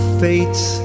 fates